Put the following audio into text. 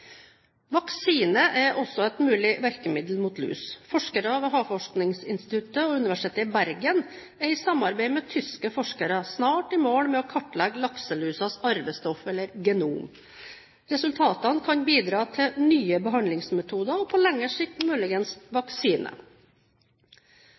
Vaksine er også et mulig virkemiddel mot lus. Forskere ved Havforskningsinstituttet og Universitetet i Bergen er i samarbeid med tyske forskere snart i mål med å kartlegge lakselusas arvestoff, eller genom. Resultatene kan bidra til nye behandlingsmetoder, og på lengre sikt muligens